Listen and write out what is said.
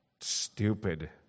stupid